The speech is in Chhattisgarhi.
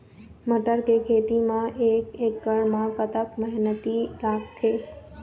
मटर के खेती म एक एकड़ म कतक मेहनती लागथे?